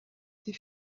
die